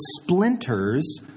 splinters